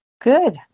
Good